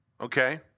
okay